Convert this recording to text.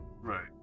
Right